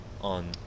on